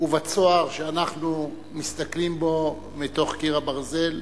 ובצוהר שאנחנו מסתכלים בו מתוך "קיר הברזל"